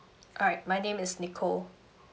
alright my name is nicole